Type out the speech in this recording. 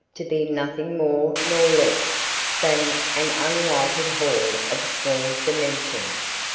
to be nothing more nor less than an unlighted hall of small dimensions,